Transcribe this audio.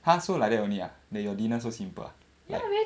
!huh! so like that only ah that your dinner so simple ah like